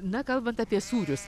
na kalbant apie sūrius